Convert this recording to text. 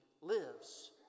lives